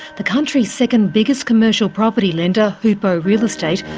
the country's second biggest commercial property lender, hypo real estate,